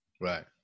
Right